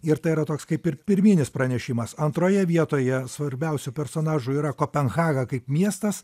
ir tai yra toks kaip ir pirminis pranešimas antroje vietoje svarbiausių personažų yra kopenhaga kaip miestas